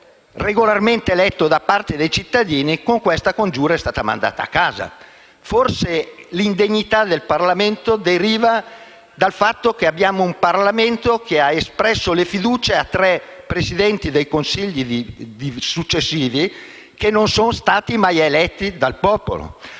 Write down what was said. regolarmente eletto da parte dei cittadini, con questa congiura, è stato mandato a casa. Forse l'indegnità del Parlamento deriva dal fatto che abbiamo un Parlamento che ha espresso la fiducia a tre Presidenti del Consiglio successivi, che non sono stati mai eletti dal popolo